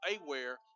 aware